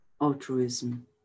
altruism